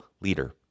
Leader